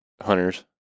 hunters